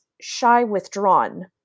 shy-withdrawn